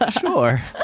sure